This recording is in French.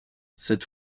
cette